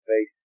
face